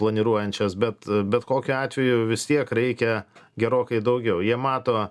planiruojančias bet bet kokiu atveju vis tiek reikia gerokai daugiau jie mato